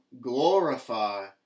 glorify